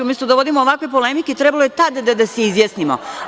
Umesto da vodimo ovakve polemike, trebalo je tada da se izjasnimo.